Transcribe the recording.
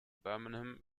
birmingham